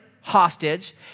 hostage